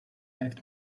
act